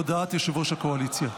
הודעת יושב-ראש הקואליציה.